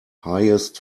highest